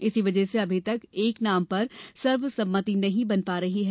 इसी वजह से अभी तक एक नाम पर सर्व सम्मति नहीं बन पा रही है